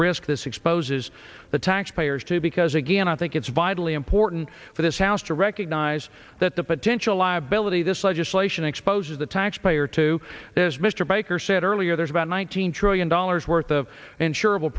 risk this exposes the taxpayers too because again i think it's vitally important for this house to recognize that the potential liability this legislation exposes the taxpayer to this mr baker said earlier there's about one thousand trillion dollars worth of insur